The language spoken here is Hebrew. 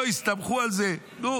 לא הסתמכו על זה והדליקו.